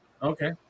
Okay